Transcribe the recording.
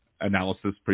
analysis